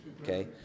Okay